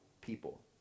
people